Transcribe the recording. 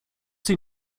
sie